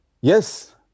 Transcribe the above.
Yes